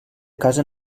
casa